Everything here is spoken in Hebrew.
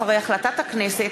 אחרי החלטת הכנסת,